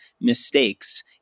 mistakes